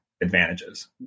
advantages